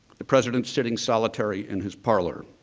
the president sitting solitary in his parlor,